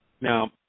Now